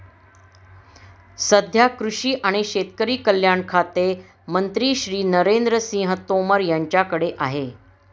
सध्या कृषी आणि शेतकरी कल्याण खाते मंत्री श्री नरेंद्र सिंह तोमर यांच्याकडे आहे